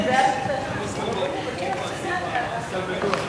בעד, 29,